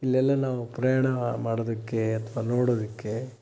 ಇಲ್ಲೆಲ್ಲಾ ನಾವು ಪ್ರಯಾಣ ಮಾಡೊದಕ್ಕೆ ಅಥವಾ ನೋಡೋದಕ್ಕೆ